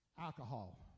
alcohol